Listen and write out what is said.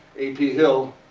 a p. hill,